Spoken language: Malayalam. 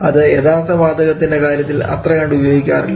അത് യഥാർത്ഥവാതകത്തിൻറെ കാര്യത്തിൽ അത്ര കണ്ട് ഉപയോഗിക്കാറില്ല